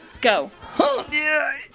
Go